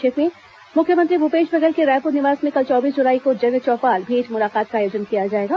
संक्षिप्त समाचार मुख्यमंत्री भूपेश बघेल के रायपुर निवास में कल चौबीस जुलाई को जनचौपाल भेंट मुलाकात का आयोजन किया जाएगा